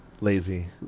lazy